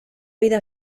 vida